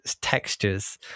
textures